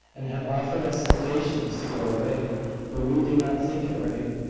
and have offered us temptations to go away but we do not think it right.